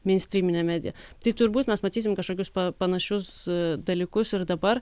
meinstryminę mediją tai turbūt mes matysim kažkokius panašius dalykus ir dabar